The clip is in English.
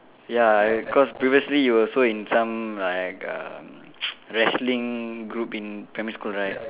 ya cause previously you also in some like uh wrestling group in primary school right